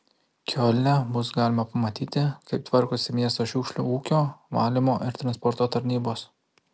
kiolne bus galima pamatyti kaip tvarkosi miesto šiukšlių ūkio valymo ir transporto tarnybos